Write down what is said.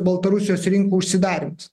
baltarusijos rinkų užsidarius